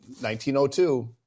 1902